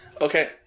Okay